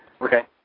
Okay